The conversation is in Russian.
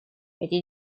эти